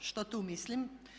Što tu mislim?